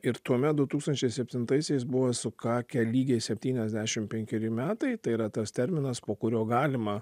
ir tuomet du tūkstančiai septintaisiais buvo sukakę lygiai septyniasdešim penkeri metai tai yra tas terminas po kurio galima